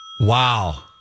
Wow